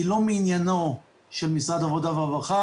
היא לא מעניינו של משרד העבודה והרווחה